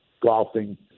golfing